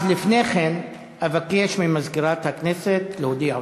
אך לפני כן אבקש ממזכירת הכנסת להודיע הודעה.